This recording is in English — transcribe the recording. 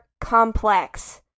complex